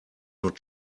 not